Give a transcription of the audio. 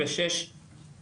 איך מתמודדים עם העומס,